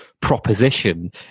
proposition